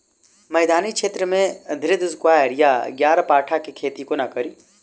मैदानी क्षेत्र मे घृतक्वाइर वा ग्यारपाठा केँ खेती कोना कड़ी?